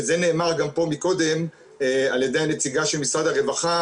וזה נאמר פה קודם על ידי הנציגה של משרד הרווחה,